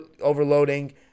overloading